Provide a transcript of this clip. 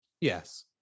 Yes